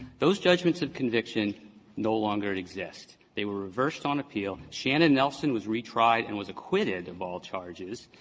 those judgments of conviction no longer and exist. they were reversed on appeal. shannon nelson was retried and was acquitted of all charges.